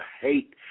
hate